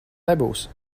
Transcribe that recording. nebūs